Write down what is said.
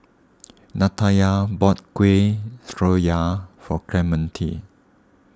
Natalya bought Kueh Syara for Clemente